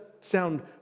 sound